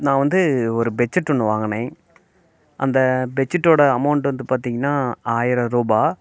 நான் வந்து ஒரு பெட் ஷீட் ஒன்று வாங்கினேன் அந்த பெட் ஷீட்டோட அமௌண்ட் வந்து பார்த்தீங்கன்னா ஆயிரம் ரூபாய்